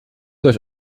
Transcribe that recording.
euch